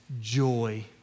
joy